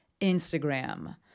instagram